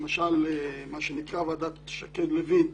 למשל מה שנקרא "ועדת שקד-לוין",